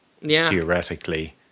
theoretically